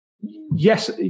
Yes